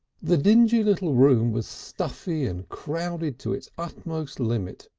the dingy little room was stuffy and crowded to its utmost limit,